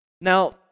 Now